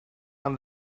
and